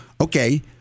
okay